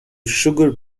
sugar